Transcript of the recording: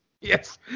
Yes